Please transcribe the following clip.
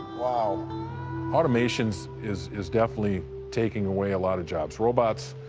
um automations is, is definitely taking away a lot of jobs. robots,